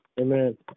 Amen